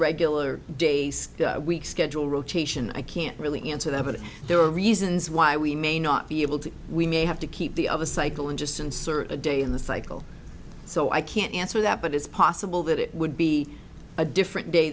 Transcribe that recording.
regular day week schedule rotation i can't really answer that but there are reasons why we may not be able to we may have to keep the of a cycle and just insert a day in the cycle so i can't answer that but it's possible that it would be a different day